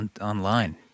online